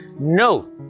No